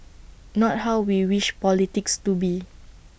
not how we wish politics to be